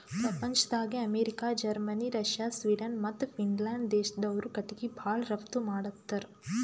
ಪ್ರಪಂಚ್ದಾಗೆ America, Germany, Russia, Sweden ಮತ್ತ್ Finland ದೇಶ್ದವ್ರು ಕಟಿಗಿ ಭಾಳ್ ರಫ್ತು ಮಾಡತ್ತರ್